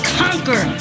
conquer